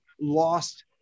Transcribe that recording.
lost